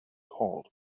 called